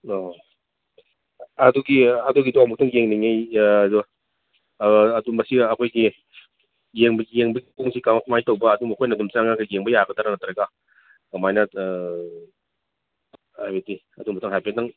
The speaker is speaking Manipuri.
ꯑꯣ ꯑꯗꯨꯒꯤ ꯑꯗꯨꯒꯤꯗꯣ ꯑꯃꯨꯛꯇꯪ ꯌꯦꯡꯅꯤꯡꯏ ꯗꯣ ꯑꯗꯨ ꯃꯁꯤ ꯑꯩꯈꯣꯏꯒꯤ ꯌꯦꯡꯕꯒꯤ ꯄꯨꯡꯁꯤ ꯀꯃꯥꯏ ꯀꯃꯥꯏ ꯇꯧꯕ ꯑꯗꯨꯝ ꯑꯩꯈꯣꯏꯅ ꯑꯗꯨꯝ ꯆꯪꯉꯒ ꯌꯦꯡꯕ ꯌꯥꯕꯒꯗ꯭ꯔ ꯅꯠꯇ꯭ꯔꯒ ꯀꯃꯥꯏꯅ ꯍꯥꯏꯕꯗꯤ ꯑꯗꯨ ꯑꯃꯇꯪ ꯍꯥꯏꯐꯦꯠꯇꯪ